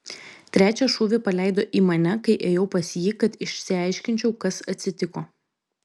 trečią šūvį paleido į mane kai ėjau pas jį kad išsiaiškinčiau kas atsitiko